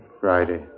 Friday